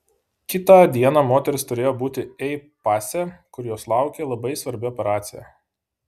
kitą dieną moteris turėjo būti ei pase kur jos laukė labai svarbi operacija